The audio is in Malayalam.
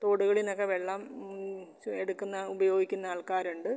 തോടുകളിൽ എന്നൊക്കെ വെള്ളം എടുക്കുന്ന ഉപയോഗിക്കുന്ന ആൾക്കാരുണ്ട്